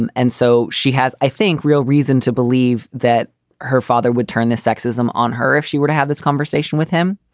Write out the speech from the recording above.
and and so she has, i think, real reason to believe that her father would turn this sexism on. her if she were to have this conversation with him,